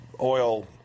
oil